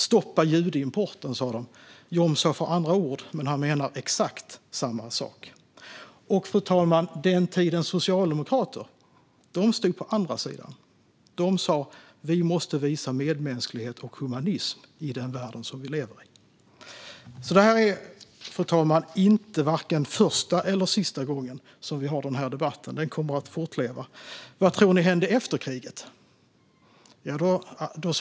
Stoppa judeimporten, sa de. Jomshof använder andra ord, men han menar exakt samma sak. Fru talman! Den tidens socialdemokrater stod på andra sidan. De sa: Vi måste visa medmänsklighet och humanism i den värld som vi lever i. Fru talman! Det här är varken första eller sista gången som vi har den här debatten; den kommer att fortleva. Vad tror ni hände efter kriget?